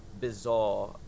bizarre